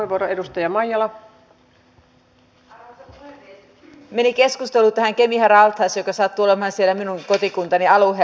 meni keskustelu tähän kemiran altaaseen joka sattuu olemaan siellä minun kotikuntani alueella